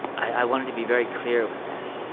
i wanted to be very clear with that.